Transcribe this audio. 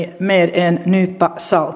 med en nypa salt